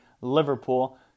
Liverpool